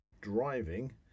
driving